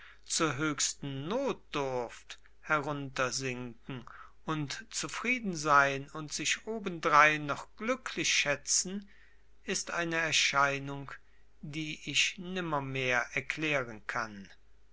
zur höchsten notdurft heruntersinken und zufrieden sein und sich obendrein noch glücklich schätzen ist eine erscheinung die ich nimmermehr erklären kann